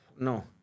No